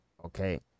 okay